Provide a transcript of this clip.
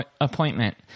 appointment